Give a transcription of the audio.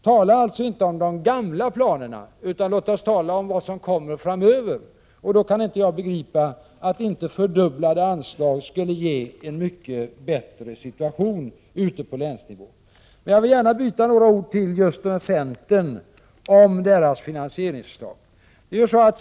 Tala emellertid inte om de gamla planerna utan låt oss tala om vad som kommer framöver. Då kan jag inte begripa att inte fördubblade anslag skulle innebära en mycket bättre situation på länsnivå. Jag vill byta några ord just med centern om dess finansieringsförslag.